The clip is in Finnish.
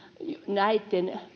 näitten